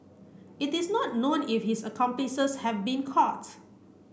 it is not known if his accomplices have been caught